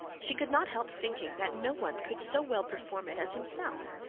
she could not help thinking that no one could so well perform it as himself.